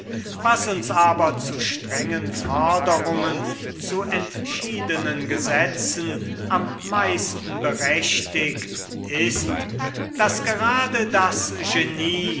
was uns aber zu strengen forderungen zu entschiedenen gesetzen am meisten berechtigt ist daß gerade das genie